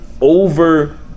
over